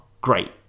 great